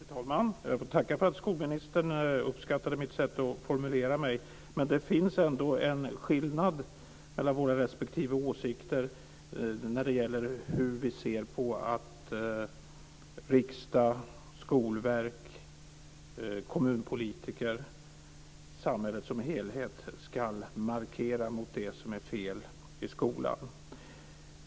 Fru talman! Jag får tacka för att skolministern uppskattade mitt sätt att formulera mig. Men det finns ändå en skillnad mellan våra respektive åsikter när det gäller hur vi ser på att riksdagen, Skolverket, kommunpolitiker och samhället som helhet ska markera mot det som är fel i skolan.